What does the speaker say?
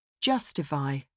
Justify